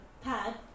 pad